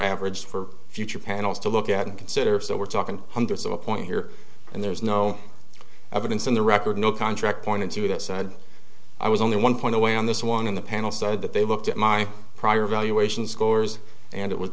average for future panels to look at and consider so we're talking hundreds of a point here and there's no evidence in the record no contract pointing to that said i was only one point away on this one on the panel said that they looked at my prior valuation scores and it was